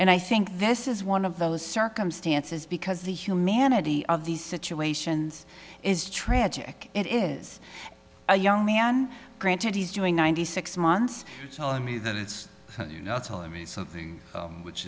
and i think this is one of those circumstances because the humanity of these situations is tragic it is a young man granted he's doing ninety six months telling me that it's you know it's all i mean something which